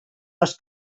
les